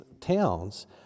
towns